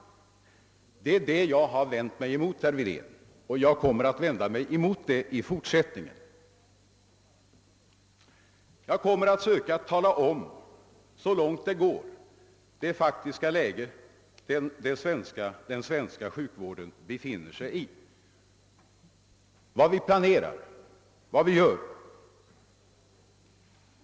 Det är detta jag har vänt mig emot, herr Wedén, och jag kommer att vända mig emot det även i fortsättningen. Jag kommer att söka redogöra för, så långt det går, det faktiska läge som den svenska sjukvården befinner sig i och tala om vad vi planerar och vad vi gör.